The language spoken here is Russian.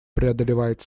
преодолевает